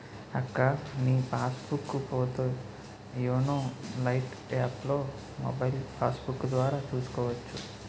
అక్కా నీ passbook పోతో యోనో లైట్ యాప్లో మొబైల్ పాస్బుక్కు ద్వారా చూసుకోవచ్చు